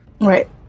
Right